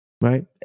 right